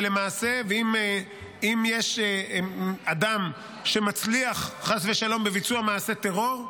ולמעשה אם יש אדם שמצליח חס ושלום בביצוע מעשה טרור,